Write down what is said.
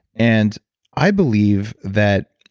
and i believe that